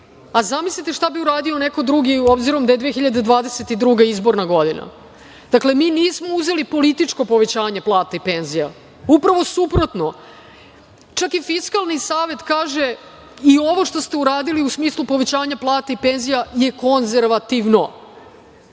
Zamislite šta bi uradio neko drugi obzirom da je 2022. godina izborna godina. Dakle, mi nismo uzeli političko povećanje plata i penzija. Upravo suprotno. Čak i Fiskalni savet kaže – i ovo što se uradili u smislu povećanja plata i penzija je konzervativno